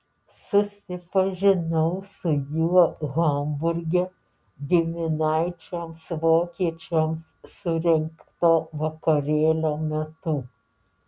susipažinau su juo hamburge giminaičiams vokiečiams surengto vakarėlio metu